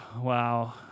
wow